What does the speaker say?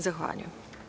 Zahvaljujem.